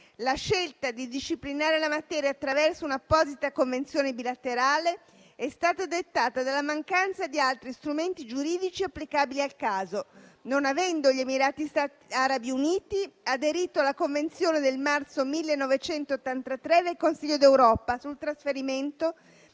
La scelta di disciplinare la materia attraverso un'apposita convenzione bilaterale è stata dettata dalla mancanza di altri strumenti giuridici applicabili al caso, non avendo gli Emirati Arabi Uniti aderito alla Convenzione del marzo 1983 del Consiglio d'Europa sul trasferimento